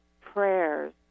prayers